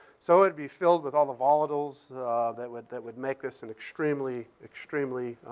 so it'd be filled with all the volatiles that would that would make this an extremely, extremely